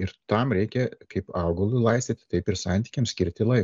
ir tam reikia kaip augalui laistyti taip ir santykiam skirti laiko